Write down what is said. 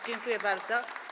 Dziękuję bardzo.